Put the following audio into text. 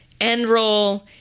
end-roll